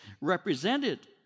represented